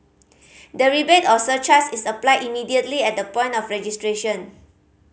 the rebate or surcharge is applied immediately at the point of registration